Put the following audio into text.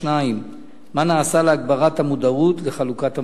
מה נעשה להגברת המודעות לחלוקת המכשירים?